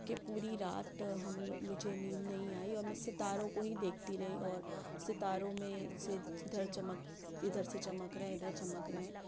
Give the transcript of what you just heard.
کہ پوری رات ہم مجھے نیند نہیں آئی اور میں ستاروں کو ہی دیکھتی رہی اور ستاروں میں سے جدھر چمک اِدھر سے چمک رہے ہیں اِدھر چمک رہے ہیں